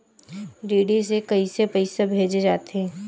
DD से कइसे पईसा भेजे जाथे?